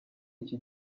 iki